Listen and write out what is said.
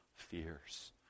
fears